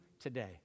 today